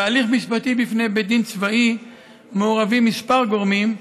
בהליך משפטי בפני בית דין צבאי מעורבים כמה גורמים,